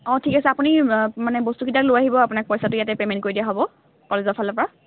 অঁ ঠিক আছে মানে আপুনি বস্তুকেইটা লৈ আহিব আপোনাক পইচাটো ইয়াতে পে'মেণ্ট কৰি দিয়া হ'ব কলেজৰ ফালৰপৰা